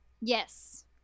Yes